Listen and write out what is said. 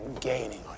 gaining